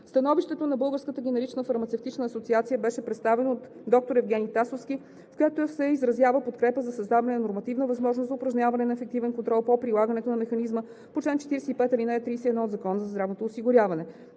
Становището на Българската генерична фармацевтична асоциация беше представено от доктор Евгени Тасовски, в което се изразява подкрепа за създаване на нормативна възможност за упражняване на ефективен контрол по прилагането на механизма по чл. 45, ал. 31 от Закона за здравното осигуряване.